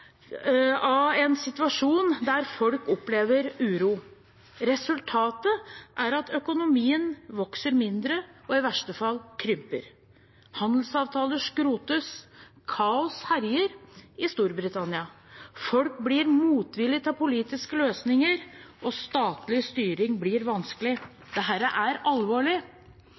bli en situasjon der folk opplever uro. Resultatet er at økonomien vokser mindre og i verste fall krymper. Handelsavtaler skrotes, og kaos herjer i Storbritannia. Folk blir motvillige til politiske løsninger, og statlig styring blir vanskelig. Dette er alvorlig.